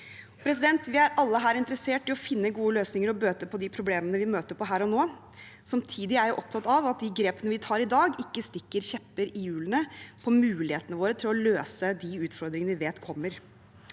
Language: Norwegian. langsiktig. Vi er alle interessert i å finne gode løsninger og bøte på de problemene vi møter på her og nå. Samtidig er jeg opptatt av at de grepene vi tar i dag, ikke stikker kjepper i hjulene for mulighetene våre til å løse de utfordringene vi vet kommer.